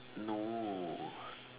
no